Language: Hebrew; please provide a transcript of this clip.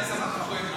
שעבר למדנו בפרשת השבוע